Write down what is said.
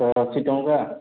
ଶହେ ଅଶୀ ଟଙ୍କା